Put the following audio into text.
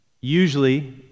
usually